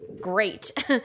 great